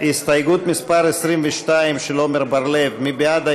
הסתייגות מס' 22, של עמר בר-לב, מי בעד ההסתייגות?